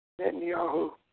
Netanyahu